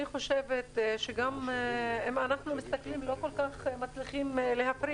אני חושבת שגם אם אנחנו מסתכלים אז לא כל-כך מצליחים להפריד.